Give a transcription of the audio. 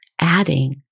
adding